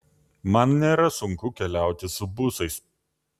man nėra sunku keliauti su busais